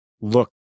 look